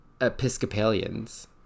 Episcopalians